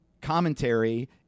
commentary